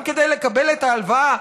גם כדי לקבל את ההלוואה,